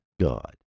God